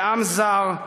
בעם זר,